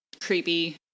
creepy